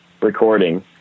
recording